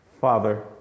Father